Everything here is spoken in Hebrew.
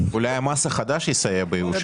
יש כאן